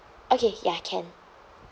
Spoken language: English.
okay ya can